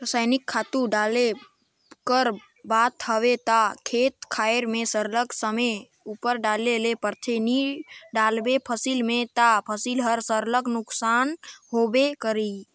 रसइनिक खातू डाले कर बात हवे ता खेत खाएर में सरलग समे उपर डाले ले परथे नी डालबे फसिल में ता फसिल हर सरलग नोसकान होबे करही